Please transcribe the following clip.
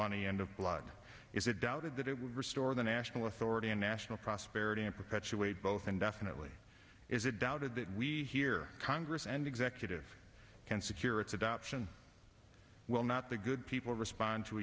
money and of blood is it doubted that it would restore the national authority and national prosperity and perpetuate both indefinitely is it doubted that we here congress and executive can secure its adoption will not the good people respond to